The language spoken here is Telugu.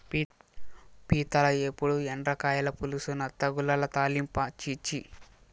పీతల ఏపుడు, ఎండ్రకాయల పులుసు, నత్తగుల్లల తాలింపా ఛీ ఛీ